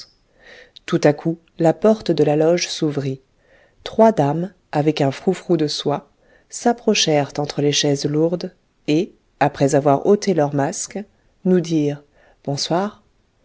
tout à coup la porte de la loge s'ouvrit trois dames avec un frou-frou de soie s'approchèrent entre les chaises lourdes et après avoir ôté leurs masques nous dirent bonsoir